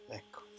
ecco